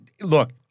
look